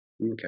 Okay